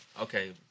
okay